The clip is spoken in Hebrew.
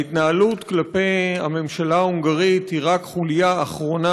ההתנהלות כלפי הממשלה ההונגרית היא רק חוליה אחרונה